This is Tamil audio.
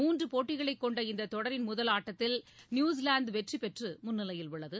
மூன்று போட்டிகளை கொண்ட இந்த தொடரின் முதல் ஆட்டத்தில் நியூஸிலாந்து வெற்றி பெற்று முன்னிலையில் உள்ளது